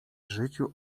życiu